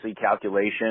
calculation